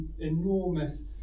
enormous